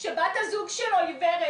או משפחות שאינן מתגוררות במשק בית משותף.